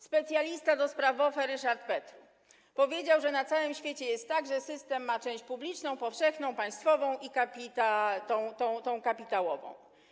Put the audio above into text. Specjalista do spraw OFE Ryszard Petru powiedział, że na całym świecie jest tak, że system ma część publiczną, powszechną, państwową i tę kapitałową.